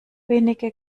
wenige